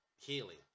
healing